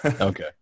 Okay